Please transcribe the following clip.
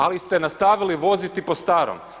Ali ste nastavili voziti po starom.